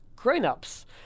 grown-ups